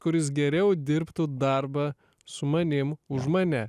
kuris geriau dirbtų darbą su manim už mane